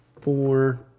four